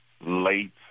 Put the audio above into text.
late